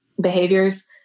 behaviors